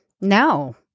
no